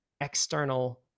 external